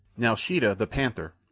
now sheeta, the panther,